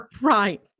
Right